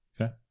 Okay